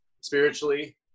spiritually